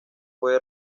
fue